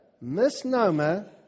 misnomer